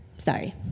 sorry